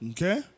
Okay